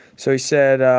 so he said,